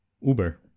Uber